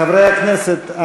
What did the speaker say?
חברי הכנסת,